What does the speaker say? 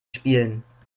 spielen